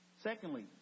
Secondly